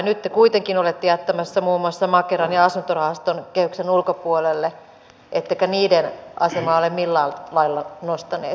nyt te kuitenkin olette jättämässä muun muassa makeran ja asuntorahaston kehyksen ulkopuolelle ettekä niiden asemaa ole millään lailla nostaneet esille